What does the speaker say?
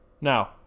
now